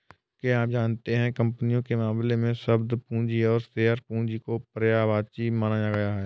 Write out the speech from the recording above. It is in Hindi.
क्या आप जानते है कंपनियों के मामले में, शब्द पूंजी और शेयर पूंजी को पर्यायवाची माना गया है?